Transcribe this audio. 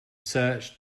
search